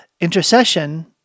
intercession